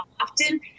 often